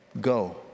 go